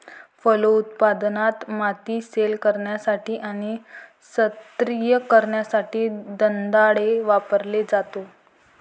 फलोत्पादनात, माती सैल करण्यासाठी आणि स्तरीय करण्यासाठी दंताळे वापरला जातो